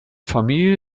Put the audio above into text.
familie